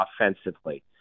offensively